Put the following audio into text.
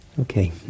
Okay